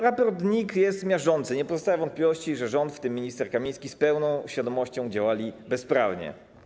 Raport NIK jest miażdżący, nie pozostawia wątpliwości, że rząd - w tym minister Kamiński - z pełną świadomością działał bezprawnie.